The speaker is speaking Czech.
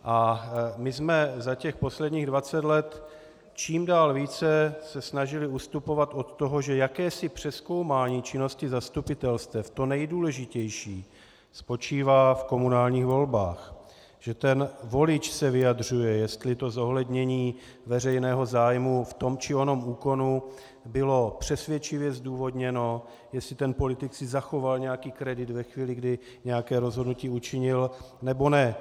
A my jsme se za těch posledních dvacet let čím dál více snažili ustupovat od toho, že jakési přezkoumání činnosti zastupitelstev, to nejdůležitější, spočívá v komunálních volbách, že ten volič se vyjadřuje, jestli zohlednění veřejného zájmu v tom či onom úkonu bylo přesvědčivě zdůvodněno, jestli ten politik si zachoval nějaký kredit ve chvíli, kdy nějaké rozhodnutí učinil, nebo ne.